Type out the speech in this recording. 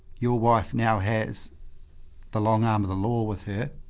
your wife now has the long arm of the law with her,